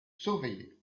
surveillé